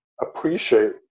appreciate